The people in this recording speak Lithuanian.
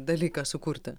dalyką sukurti